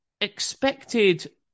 expected